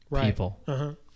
people